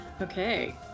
Okay